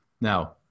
Now